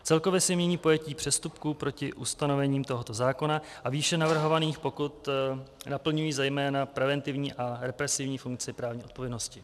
Celkově se mění pojetí přestupku proti ustanovením tohoto zákona a výše navrhovaných pokut naplňují zejména preventivní a represivní funkci právní odpovědnosti.